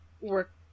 work